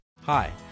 Hi